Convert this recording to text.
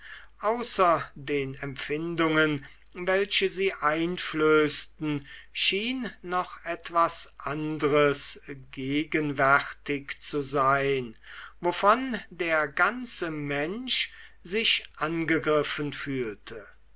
außer den empfindungen welche sie einflößten schien noch etwas andres gegenwärtig zu sein wovon der ganze mensch sich angegriffen fühlte